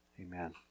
Amen